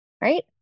right